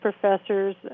professors